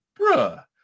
bruh